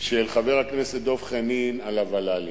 של חבר הכנסת דב חנין על הוול"לים,